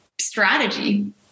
strategy